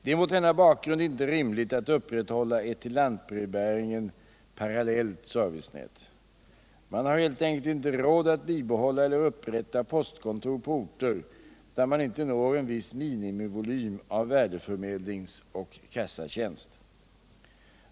Det är mot denna bakgrund inte rimligt att upprätthålla ett till lantbrevbäringen parallellt servicenät. Man har helt enkelt inte råd att bibehålla eller upprätta postkontor på orter där man inte når en viss minimivolym av värdeförmedlings och kassatjänst.